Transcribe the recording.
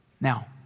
Now